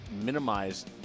minimize